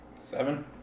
Seven